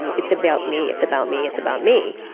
and it's about me, it's about me, it's about me,